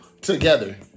together